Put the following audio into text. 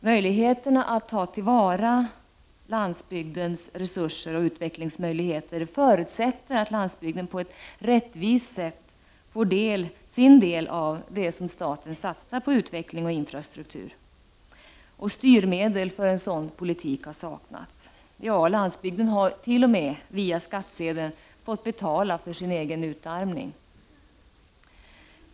Möjligheterna att ta till vara landsbygdens resurser och utvecklingsmöjligheter förutsätter att landsbygden på ett rättvist sätt får sin del av det som staten satsar på utveckling och infrastruktur. Styrmedel för en sådan politik har saknats. Ja, landsbygden har t.o.m. via skattsedeln fått betala för sin egen utarmning.